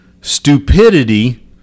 stupidity